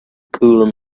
cooling